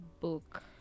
book